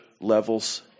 levels